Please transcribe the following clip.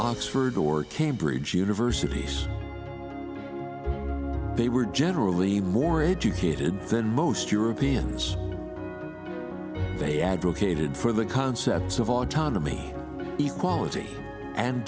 oxford or cambridge universities they were generally more educated than most europeans they advocated for the concepts of autonomy equality and